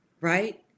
right